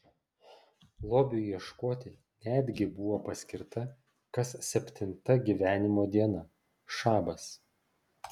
lobiui ieškoti netgi buvo paskirta kas septinta gyvenimo diena šabas